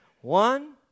One